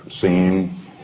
scene